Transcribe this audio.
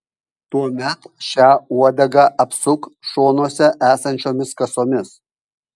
tuomet šią uodegą apsuk šonuose esančiomis kasomis